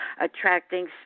attracting